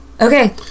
Okay